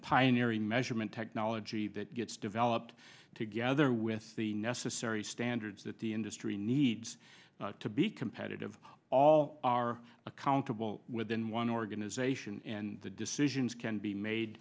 pioneering measurement technology that gets developed together with the necessary standards that the industry needs to be competitive all are accountable within one organization and the decisions can be made